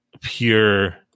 pure